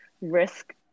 risk